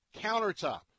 countertop